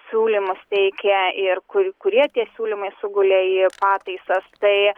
siūlymus teikia ir kur kurie tie siūlymai sugulė į pataisas tai